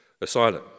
asylum